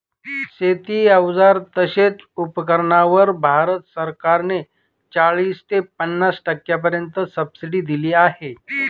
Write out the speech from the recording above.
शेती अवजार तसेच उपकरणांवर भारत सरकार ने चाळीस ते पन्नास टक्क्यांपर्यंत सबसिडी दिली आहे